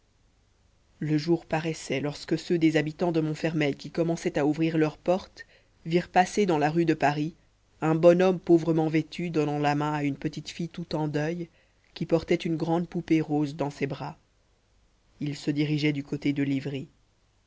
le jour paraissait lorsque ceux des habitants de montfermeil qui commençaient à ouvrir leurs portes virent passer dans la rue de paris un bonhomme pauvrement vêtu donnant la main à une petite fille tout en deuil qui portait une grande poupée rose dans ses bras ils se dirigeaient du côté de livry